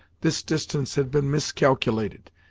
this distance had been miscalculated,